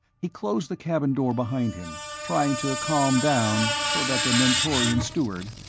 he closed the cabin door behind him, trying to calm down so that the mentorian steward,